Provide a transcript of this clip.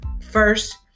first